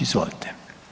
Izvolite.